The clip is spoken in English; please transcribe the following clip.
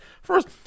First